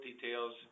details